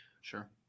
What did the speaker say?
sure